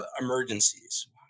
emergencies